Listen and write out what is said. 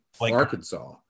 Arkansas